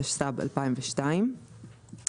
התשס"ב 2002‏